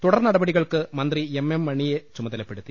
തുടർ നടപടികൾക്ക് മന്ത്രി എം എം മണിയെ ചുമതലപ്പെടുത്തി